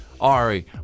Ari